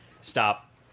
Stop